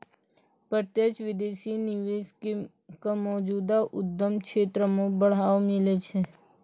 प्रत्यक्ष विदेशी निवेश क मौजूदा उद्यम क्षेत्र म बढ़ावा मिलै छै